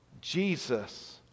Jesus